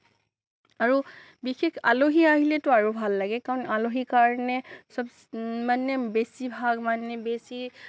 আৰু বিশেষ আলহী আহিলেটো আৰু ভাল লাগে কাৰণ আলহীৰ কাৰণে সব মানে বেছি ভাল মানে বেছি